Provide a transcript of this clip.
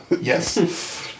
Yes